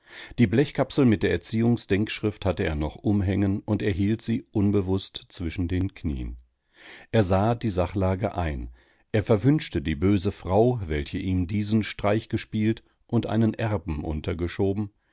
die blechkapsel mit der erziehungsdenkschrift hatte er noch umhängen und er hielt sie unbewußt zwischen den knieen er sah die sachlage ein er verwünschte die böse frau welche ihm diesen streich gespielt und einen erben untergeschoben